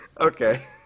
Okay